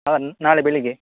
ಹಾಂ ನಾಳೆ ಬೆಳಗ್ಗೆ